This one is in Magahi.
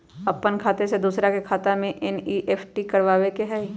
अपन खाते से दूसरा के खाता में एन.ई.एफ.टी करवावे के हई?